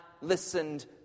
listened